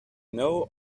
know